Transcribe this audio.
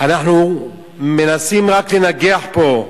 אנחנו מנסים רק לנגח פה,